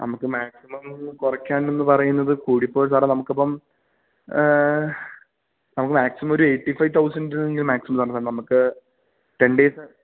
നമുക്ക് മാക്സിമം കുറയ്ക്കാനെന്ന് പറയുന്നത് കൂടി പോയാല് സാറേ നമുക്കിപ്പം നമുക്ക് മാക്സിമം ഒരു എയ്റ്റി ഫൈവ് തൗസൻഡിനെങ്കിലും മാക്സിമം സാർ നമുക്ക് ടെൻ ഡെയ്സ്